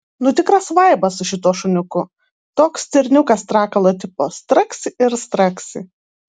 nu tikras vaibas su šituo šuniuku toks stirniukas strakalo tipo straksi ir straksi